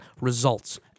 results